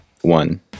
one